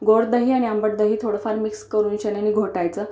गोड दही आणि आंबट दही थोडंफार मिक्स करूनशान आणि घोटायचं